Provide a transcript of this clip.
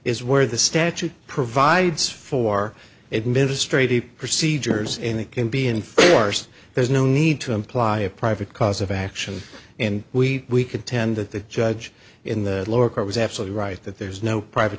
where the statute provides for administrative procedures and it can be enforced there's no need to imply a private cause of action and we contend that the judge in the lower court was absolutely right that there's no private